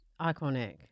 Iconic